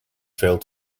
failed